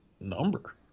number